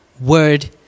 word